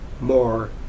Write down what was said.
more